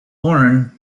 lauren